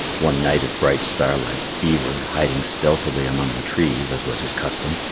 one night of bright starlight, beaver, hiding stealthily among the trees as was his custom,